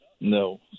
No